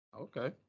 Okay